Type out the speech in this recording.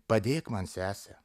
padėk man sese